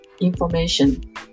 information